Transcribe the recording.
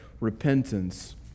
repentance